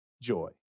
joy